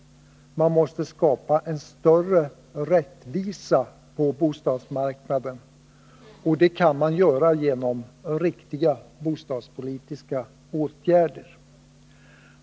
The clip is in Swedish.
Större rättvisa måste skapas på bostadsmarknaden. Det kan man åstadkomma genom riktiga bostadspolitiska åtgärder.